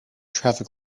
traffic